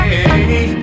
Hey